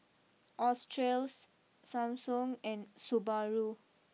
Australis Samsung and Subaru